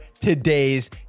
today's